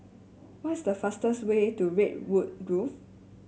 what is the fastest way to Redwood Grove